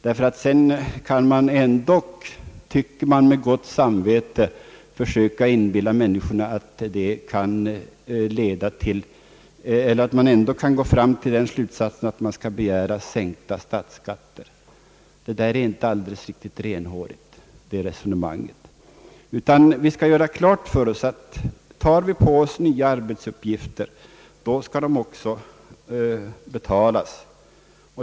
Sedan kan ni ändock med gott samvete försöka inbilla människorna att slutsatsen blir att man kan begära sänkta statsskatter. Det resonemanget är inte riktigt renhårigt. Vi skall göra klart för oss att tar vi på oss nya arbetsuppgifter skall de också betalas.